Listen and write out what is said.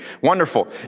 Wonderful